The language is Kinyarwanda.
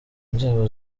nzego